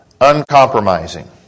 Uncompromising